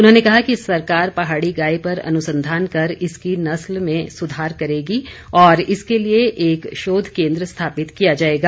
उन्होंने कहा कि सरकार पहाड़ी गाय पर अनुसंधान कर इनकी नस्ल में सुधार करेगी और इसके लिए एक शोध केंद्र स्थापित किया जाएगा